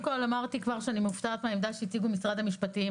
אמרתי כבר שאני מופתעת מן העמדה שהציגו נציגי משרד המשפטים.